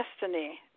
Destiny